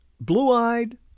Blue-eyed